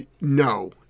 No